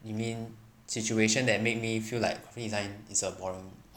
you mean situation that made me feel like design is a horror